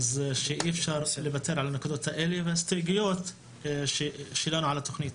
אציג את הנקודות שאי אפשר לוותר עליהן וההסתייגויות שלנו לתוכנית.